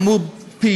זה סיפור חמור פי-יותר.